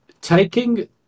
taking